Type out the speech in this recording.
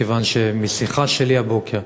מכיוון שמשיחה שלי הבוקר